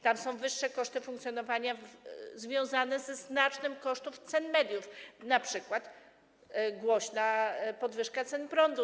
Tam są wyższe koszty funkcjonowania związane ze znacznym kosztem cen mediów, np. chodzi o głośną podwyżkę cen prądu.